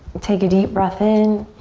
take a deep breath in.